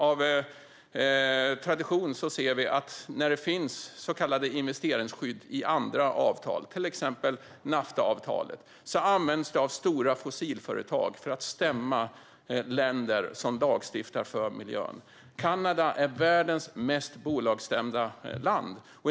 Av tradition ser vi att när det finns så kallade investeringsskydd i andra avtal, till exempel i Naftaavtalet, används det av stora fossilföretag för att stämma länder som lagstiftar för miljön. Kanada är det land i världen som har blivit stämd av flest bolag.